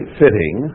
fitting